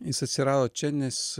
jis atsirado čia nes